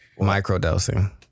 Microdosing